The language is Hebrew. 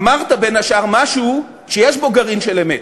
אמרת, בין השאר, משהו שיש בו גרעין של אמת,